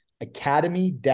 Academy